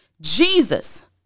Jesus